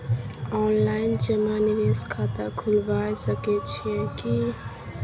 Online जमा निवेश खाता खुलाबय सकै छियै की?